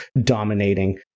dominating